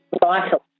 vital